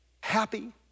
happy